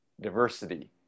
diversity